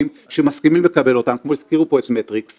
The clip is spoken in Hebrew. כל הזמן מפריחים לנו באוויר שיש הצפה של השוק,